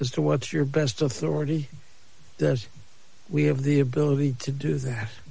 as to what's your best authority we have the ability to do that